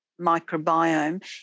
microbiome